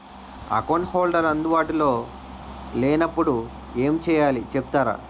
Account holder అందు బాటులో లే నప్పుడు ఎం చేయాలి చెప్తారా?